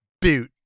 Boot